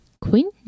queen